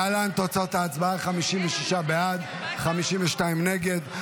להלן תוצאות ההצבעה: 56 בעד, 52 נגד.